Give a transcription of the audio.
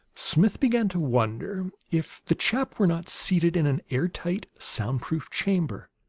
smith began to wonder if the chap were not seated in an air-tight, sound-proof chamber,